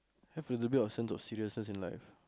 have a little bit of sense of seriousness in like